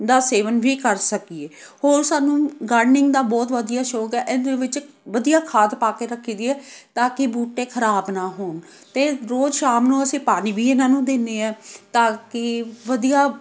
ਦਾ ਸੇਵਨ ਵੀ ਕਰ ਸਕੀਏ ਹੋਰ ਸਾਨੂੰ ਗਾਰਡਨਿੰਗ ਦਾ ਬਹੁਤ ਵਧੀਆ ਸ਼ੌਂਕ ਹੈ ਇਹਦੇ ਵਿੱਚ ਵਧੀਆ ਖਾਦ ਪਾ ਕੇ ਰੱਖੀਦੀ ਹੈ ਤਾਂ ਕਿ ਬੂਟੇ ਖਰਾਬ ਨਾ ਹੋਣ ਅਤੇ ਰੋਜ਼ ਸ਼ਾਮ ਨੂੰ ਅਸੀਂ ਪਾਣੀ ਵੀ ਇਹਨਾਂ ਨੂੰ ਦਿੰਦੇ ਹਾਂ ਤਾਂ ਕਿ ਵਧੀਆ